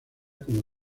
como